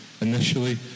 initially